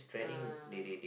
ah